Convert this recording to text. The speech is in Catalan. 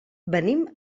venim